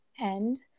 end